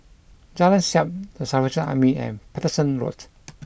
Jalan Siap The Salvation Army and Paterson Road